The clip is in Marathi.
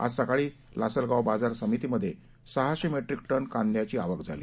आज सकाळी लासलगाव बाजार समितीमध्ये सहाशे मेट्रिक टन कांद्याची आवक झाली